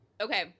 Okay